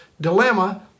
dilemma